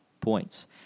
points